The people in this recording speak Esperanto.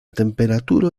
temperaturo